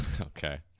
Okay